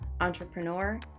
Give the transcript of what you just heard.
entrepreneur